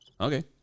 Okay